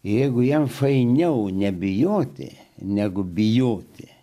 jeigu jam fainiau nebijoti negu bijoti